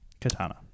Katana